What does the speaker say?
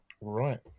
Right